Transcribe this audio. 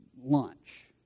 lunch